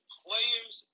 players